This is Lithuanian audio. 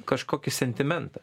kažkokį sentimentą